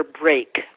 break